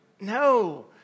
no